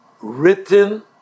Written